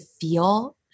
feel